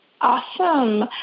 Awesome